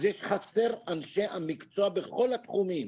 אז חסרים אנשי מקצוע בכל התחומים.